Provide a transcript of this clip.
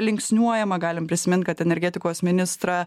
linksniuojama galim prisimint kad energetikos ministrą